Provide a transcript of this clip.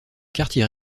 quartier